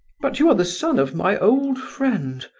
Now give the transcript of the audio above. but you are the son of my old friend,